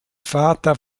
vater